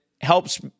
helps